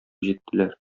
җиттеләр